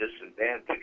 disadvantage